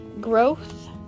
growth